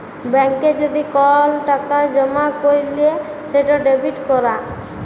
ব্যাংকে যদি কল টাকা জমা ক্যইরলে সেট ডেবিট ক্যরা